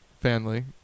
Family